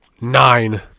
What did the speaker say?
Nine